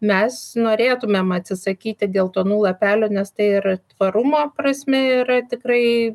mes norėtumėm atsisakyti geltonų lapelių nes tai ir tvarumo prasme yra tikrai